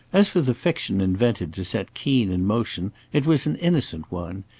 as for the fiction invented to set keen in motion, it was an innocent one.